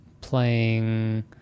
playing